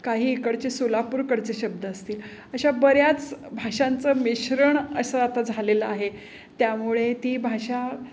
काही इकडचे सोलापूरकडचे शब्द असतील अशा बऱ्याच भाषांचं मिश्रण असं आता झालेलं आहे त्यामुळे ती भाषा